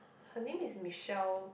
her name is Michelle